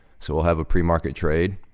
so we'll have a pre-market trade.